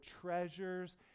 treasures